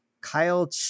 Kyle